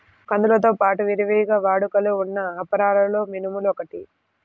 కందులతో పాడు విరివిగా వాడుకలో ఉన్న అపరాలలో మినుములు ఒకటి